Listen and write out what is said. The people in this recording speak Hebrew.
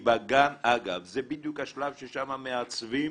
אגב, זה בדיוק השלב ששם מעצבים